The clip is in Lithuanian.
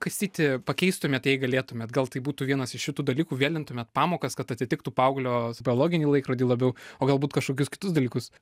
kastyti pakeistumėt jei galėtumėt gal tai būtų vienas iš šitų dalykų vėlintumėt pamokas kad atitiktų paauglio biologinį laikrodį labiau o galbūt kažkokius kitus dalykus